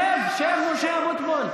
שב, שב, משה אבוטבול,